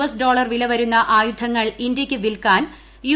S dollar വില വരുന്ന ആയുധങ്ങൾ ഇന്ത്യയ്ക്ക് വിൽക്കാൻ യു